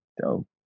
Dope